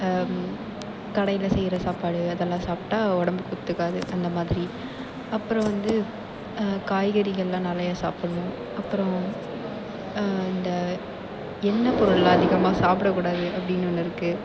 கடையில் செய்யுற சாப்பாடு அதெல்லாம் சாப்பிட்டா உடம்புக்கு ஒத்துக்காது அந்த மாதிரி அப்புறம் வந்து காய்கறிகள்லாம் நிறையா சாப்பிடணும் அப்புறம் இந்த எண்ணெய் பொருள் அதிகமாக சாப்பிடக் கூடாது அப்படினு ஒன்று இருக்குது